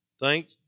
Thank